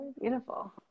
beautiful